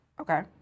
okay